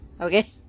Okay